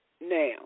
now